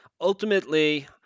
ultimately